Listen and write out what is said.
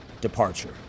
departure